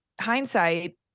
hindsight